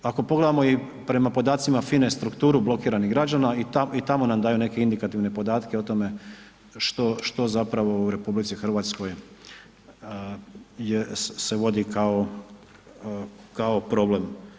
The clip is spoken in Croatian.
Ako pogledamo i prema podacima FINA-e strukturu blokiranih građana, i tamo nam daju neke indikativne podatke o tome što zapravo u RH se vodi kao problem.